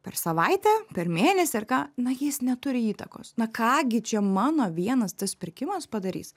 per savaitę per mėnesį ar ką na jis neturi įtakos na ką gi čia mano vienas tas pirkimas padarys